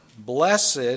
Blessed